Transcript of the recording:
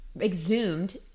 exhumed